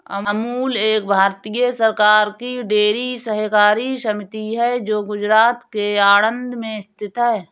अमूल एक भारतीय सरकार की डेयरी सहकारी समिति है जो गुजरात के आणंद में स्थित है